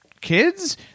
kids